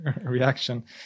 reaction